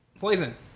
Poison